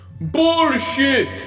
Bullshit